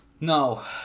No